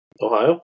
Ohio